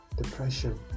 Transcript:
depression